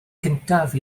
cyntaf